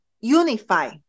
unify